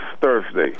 Thursday